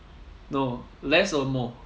no less or more